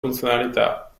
funzionalità